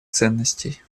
ценностей